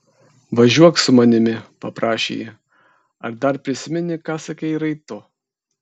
važiuok su manimi paprašė ji ar dar prisimeni ką sakei raito